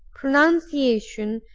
pronunciation,